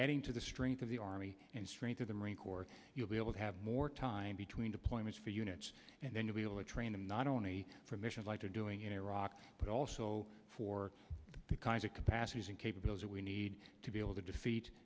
adding to the strength of the army and strength of the marine corps you'll be able to have more time between deployments for units and then to be able to train them not only for missions like they're doing in iraq but also for the kinds of capacities and capabilities we need to be able to defeat